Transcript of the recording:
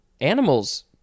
animals